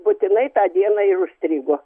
būtinai tą dieną ir užstrigo